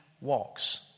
walks